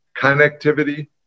connectivity